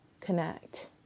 connect